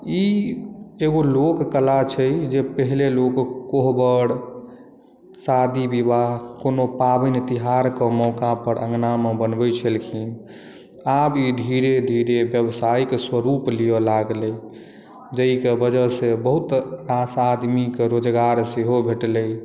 ई एगो लोक कला छै जे पहिले लोक कोहबर शादी विवाह कोनो पाबनि तिहारके मौकापर अङ्गनामे बनबैत छलखिन आब ई धीरे धीरे व्यावसायिक स्वरूप लियअ लागलै जाहिके वजहसँ बहुत आशा आदमीके रोजगार सेहो भेटलै